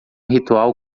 ritual